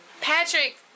Patrick